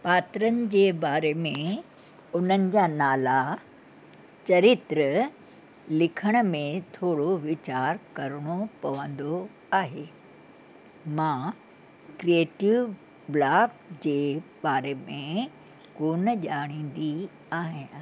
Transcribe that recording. पात्रनि जे बारे में उन्हनि जा नाला चरित्र लिखण में थोरो वीचार करिणो पवंदो आहे मां क्रिएटिव ब्लॉक जे बारे में कोन्ह ॼाणिंदी आहियां